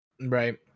Right